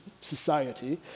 society